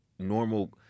normal